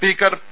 speaker P